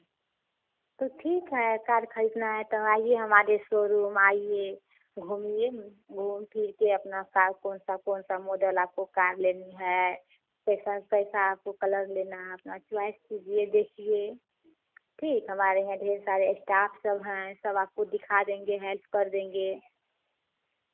तो ठीक है कार खरीदना है तो आइए हमारे शोरूम आइए घूमिए घूम फिर के अपना कार कौन सा कौन सा मॉडल आपको कार लेनी है कैसा कैसा आपको कलर लेना है अपना च्वाइस कीजिए देखिए ठीक हमारे यहाँ ढेर सारे स्टाफ़ सब हैं सब आपको दिखा देंगे हेल्प कर देंगे